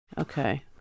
okay